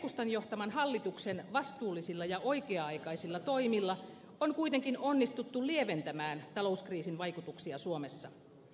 keskustan johtaman hallituksen vastuullisilla ja oikea aikaisilla toimilla on kuitenkin onnistuttu lieventämään talouskriisin vaikutuksia suomessa